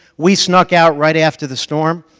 we snuck out right after the storm.